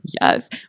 Yes